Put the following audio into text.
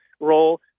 role